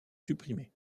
supprimée